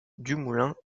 dumoulin